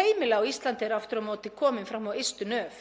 heimila á Íslandi eru aftur á móti komin fram á ystu nöf.